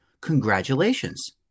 congratulations